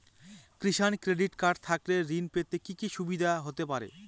কিষান credit card থাকলে ঋণ পেতে কি কি সুবিধা হতে পারে?